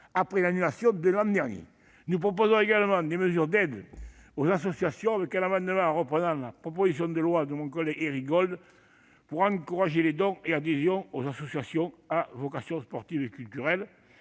après son annulation l'an dernier. Nous proposerons également des amendements d'aide aux associations, en reprenant la proposition de loi de notre collègue Éric Gold visant à encourager les dons et adhésions aux associations à vocation sportive et culturelle.